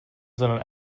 sondern